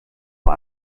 vor